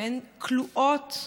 והן כלואות,